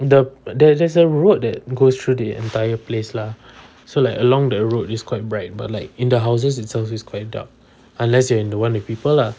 the there's a road that goes through the entire place lah so like along the road it's quite bright but like in the houses itself it's quite dark unless you are in the one with people lah